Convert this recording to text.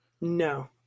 No